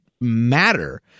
matter